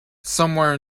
somewhere